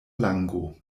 lango